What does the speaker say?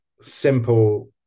simple